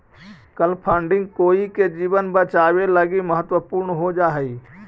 कल फंडिंग कोई के जीवन बचावे लगी महत्वपूर्ण हो जा हई